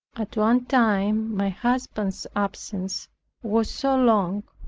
at one time my husband's absence was so long,